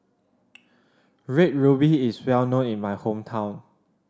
Red Ruby is well known in my hometown